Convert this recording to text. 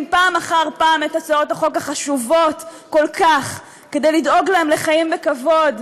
פעם אחר פעם את הצעות החשובות כל כך כדי לדאוג להם לחיים בכבוד,